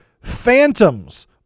Phantoms